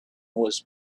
was